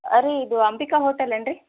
ರೀ ಇದು ಅಂಬಿಕ ಹೋಟೆಲ್ ಏನು ರೀ